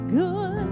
good